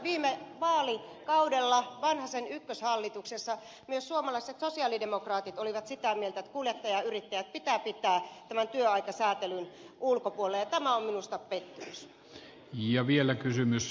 viime vaalikaudella vanhasen ykköshallituksessa myös suomalaiset sosialidemokraatit olivat sitä mieltä että kuljettajayrittäjät pitää pitää tämän työaikasäätelyn ulkopuolella ja tämä on minusta pettymys